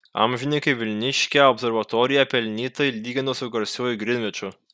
amžininkai vilniškę observatoriją pelnytai lygino su garsiuoju grinviču